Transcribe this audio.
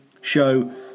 show